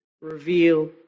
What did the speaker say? Reveal